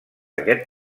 aquest